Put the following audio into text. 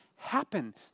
happen